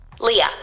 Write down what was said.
Leah